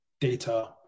data